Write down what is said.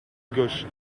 gauche